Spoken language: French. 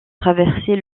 traverser